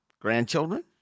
Grandchildren